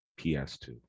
PS2